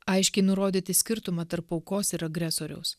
aiškiai nurodyti skirtumą tarp aukos ir agresoriaus